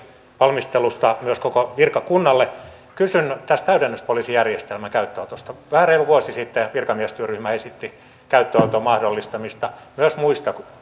valmistelusta myös koko virkakunnalle tästä täydennyspoliisijärjestelmän käyttöönotosta vähän reilu vuosi sitten virkamiestyöryhmä esitti käyttöönoton mahdollistamista myös